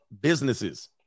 businesses